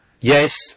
yes